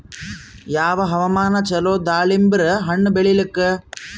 ಯಾವ ಹವಾಮಾನ ಚಲೋ ದಾಲಿಂಬರ ಹಣ್ಣನ್ನ ಬೆಳಿಲಿಕ?